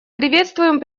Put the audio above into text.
приветствуем